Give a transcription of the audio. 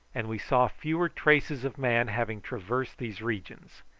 and we saw fewer traces of man having traversed these regions.